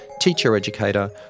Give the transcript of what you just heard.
teacher-educator